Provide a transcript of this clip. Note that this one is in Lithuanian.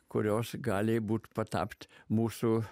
kurios gali būt patapt mūsų